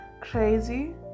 crazy